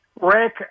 Rick